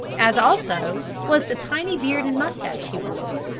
as also was the tiny beard and moustache he wore.